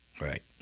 right